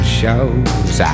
shows